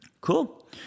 Cool